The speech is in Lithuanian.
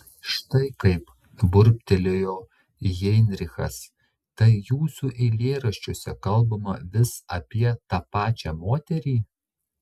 štai kaip burbtelėjo heinrichas tai jūsų eilėraščiuose kalbama vis apie tą pačią moterį